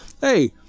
Hey